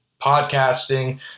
Podcasting